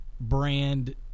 brand